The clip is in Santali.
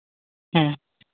ᱦᱮᱸ